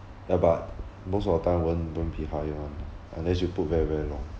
ya but most of the time won't won't be higher [one] ah unless you put very very long